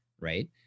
right